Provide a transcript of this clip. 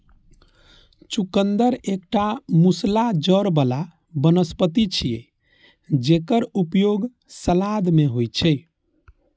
चुकंदर एकटा मूसला जड़ बला वनस्पति छियै, जेकर उपयोग सलाद मे होइ छै